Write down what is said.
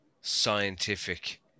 scientific